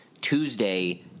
Tuesday—